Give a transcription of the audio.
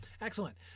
excellent